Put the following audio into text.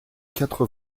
quatre